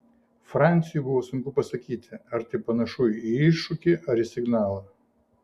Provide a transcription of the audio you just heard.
franciui buvo sunku pasakyti ar tai panašu į iššūkį ar į signalą